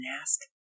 asked